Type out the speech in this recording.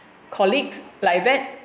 colleagues like that